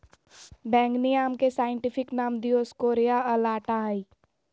बैंगनी आम के साइंटिफिक नाम दिओस्कोरेआ अलाटा हइ